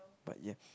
but ya